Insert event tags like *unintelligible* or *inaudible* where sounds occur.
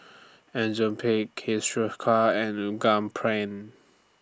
Enzyplex *unintelligible* and *unintelligible*